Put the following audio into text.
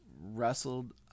wrestled